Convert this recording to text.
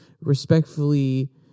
respectfully